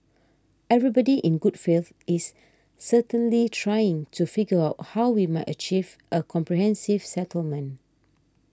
everybody in good faith is certainly trying to figure out how we might achieve a comprehensive settlement